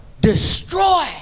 destroy